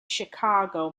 chicago